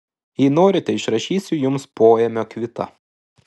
jei norite išrašysiu jums poėmio kvitą